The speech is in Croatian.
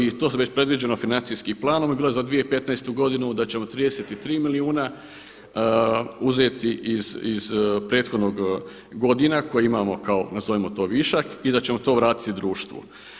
I to su već predviđena financijskim planom je bilo za 2015. godinu, da ćemo 33 milijuna uzeti iz prethodnih godina koje imamo kao nazovimo to višak i da ćemo to vratiti društvu.